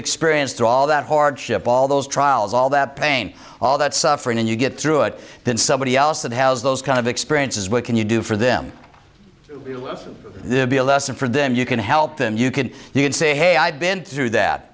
experienced through all that hardship all those trials all that pain all that suffering and you get through it then somebody else that has those kind of experiences what can you do for them be a lesson for them you can help them you can you can say hey i've been through that